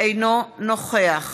אינו נוכח